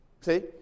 See